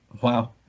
Wow